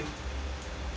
nice